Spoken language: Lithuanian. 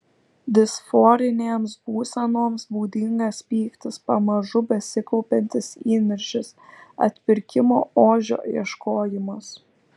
disforinėms būsenoms būdingas pyktis pamažu besikaupiantis įniršis atpirkimo ožio ieškojimas